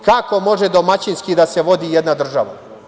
Kako može domaćinski da se vodi jedna država?